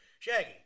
Shaggy